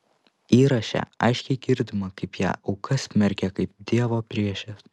įraše aiškiai girdima kaip jie aukas smerkia kaip dievo priešes